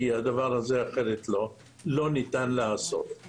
כי אחרת לא ניתן לעשות את הדבר הזה.